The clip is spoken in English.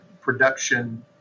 production